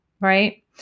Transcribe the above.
Right